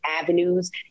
avenues